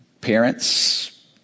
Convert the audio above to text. Parents